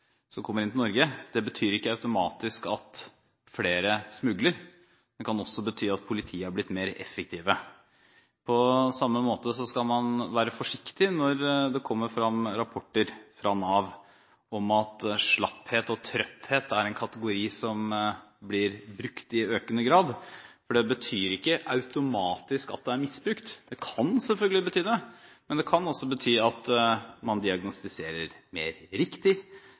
som kommer inn til Norge. Det betyr ikke automatisk at flere smugler, det kan også bety at politiet er blitt mer effektive. På samme måte skal man være forsiktig når det kommer rapporter fra Nav om at slapphet og trøtthet er en kategori som blir brukt i økende grad, for det betyr ikke automatisk at det blir misbrukt. Det kan selvfølgelig bety det, men det kan også bety at man diagnostiserer mer riktig,